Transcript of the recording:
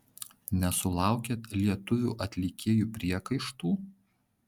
nesulaukėt lietuvių atlikėjų priekaištų